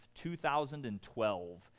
2012